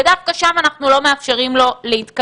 ודווקא שם אנחנו לא מאפשרים לו להתקיים.